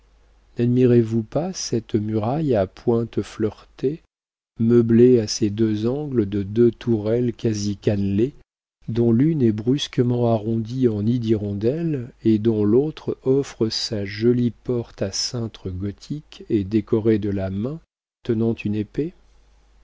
nadmirez vous pas cette muraille à pointe fleuretée meublée à ses deux angles de deux tourelles quasi cannelées dont l'une est brusquement arrondie en nid d'hirondelle et dont l'autre offre sa jolie porte à cintre gothique et décoré de la main tenant une épée